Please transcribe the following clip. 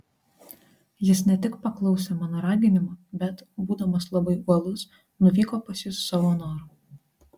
jis ne tik paklausė mano raginimo bet būdamas labai uolus nuvyko pas jus savo noru